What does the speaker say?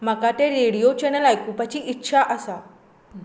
म्हाका तें radio channel आयकुपाची इत्सा आसा